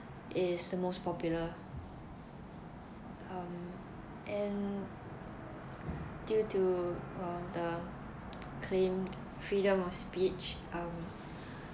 is the most popular um and due to uh the claim freedom of speech um